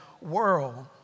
world